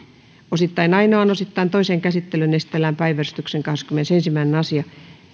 osittain ainoaan osittain toiseen käsittelyyn esitellään päiväjärjestyksen kahdeskymmenesensimmäinen asia